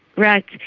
right,